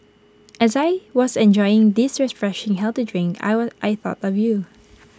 as I was enjoying this refreshing healthy drink I I thought of you